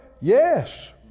Yes